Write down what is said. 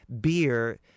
beer